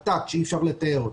עתק שאי-אפשר לתאר אותו.